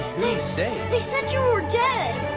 say? they said you were dead.